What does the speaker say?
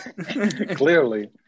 Clearly